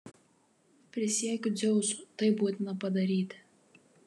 prisiekiu dzeusu tai būtina padaryti